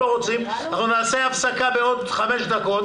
נכריז על הפסקה בעוד חמש דקות,